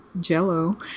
Jello